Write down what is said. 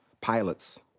pilots